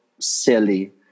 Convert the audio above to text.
silly